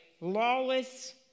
lawless